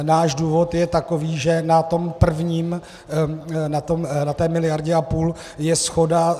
Náš důvod je takový, že na tom prvním, na té miliardě a půl, je shoda.